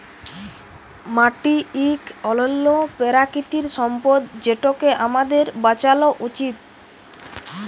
মাটি ইক অলল্য পেরাকিতিক সম্পদ যেটকে আমাদের বাঁচালো উচিত